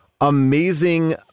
amazing